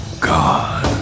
god